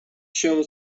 się